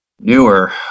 newer